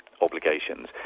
obligations